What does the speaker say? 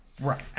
Right